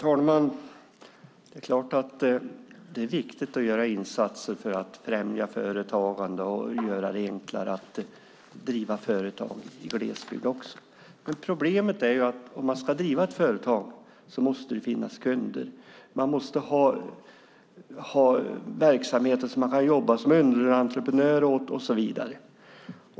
Fru talman! Det är klart att det är viktigt att göra insatser för att främja företagande och göra det enklare att driva företag också i glesbygd. Men problemet är att om man ska driva ett företag måste det finnas kunder. Man måste ha verksamheter som man kan jobba som underentreprenör åt och så vidare.